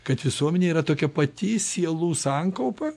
kad visuomenėje yra tokia pati sielų sankaupa